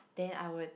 then I would